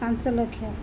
ପାଞ୍ଚ ଲକ୍ଷ